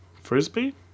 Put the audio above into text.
Frisbee